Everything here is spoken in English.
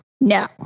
No